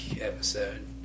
episode